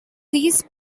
these